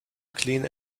clean